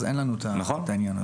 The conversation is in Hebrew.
אז אין לנו את העניין הזה.